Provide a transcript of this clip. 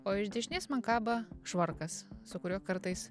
o iš dešinės man kaba švarkas su kuriuo kartais